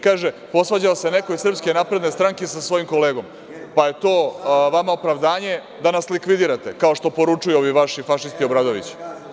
Kaže, posvađao se neko iz SNS sa svojim kolegom, pa je to vama opravdanje da nas likvidirate, kao što poručuju ovi vaši, fašisti, Obradović.